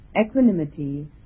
equanimity